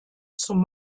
zum